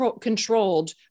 controlled